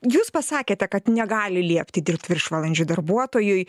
jūs pasakėte kad negali liepti dirbti viršvalandžių darbuotojui